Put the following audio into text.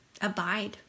abide